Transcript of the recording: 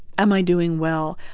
am i doing well?